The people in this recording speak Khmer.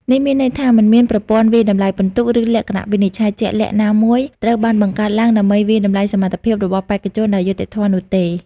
នេះមានន័យថា មិនមានប្រព័ន្ធវាយតម្លៃពិន្ទុ ឬលក្ខណៈវិនិច្ឆ័យជាក់លាក់ណាមួយត្រូវបានបង្កើតឡើងដើម្បីវាយតម្លៃសមត្ថភាពរបស់បេក្ខជនដោយយុត្តិធម៌នោះទេ។